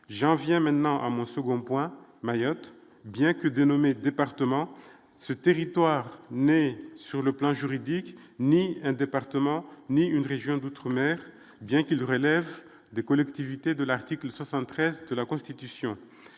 j'en viens maintenant à mon second point Mayotte bien que dénommée département ce territoire mais sur le plan juridique, ni un département ni une région d'outre-mer, bien qu'ils relèvent des collectivités de l'article 73 de la Constitution,